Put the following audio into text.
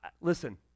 listen